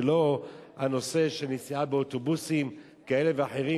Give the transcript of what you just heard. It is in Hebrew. ולא הנושא של נסיעה באוטובוסים כאלה ואחרים,